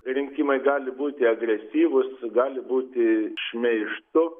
rinkimai gali būti agresyvūs gali būti šmeižtu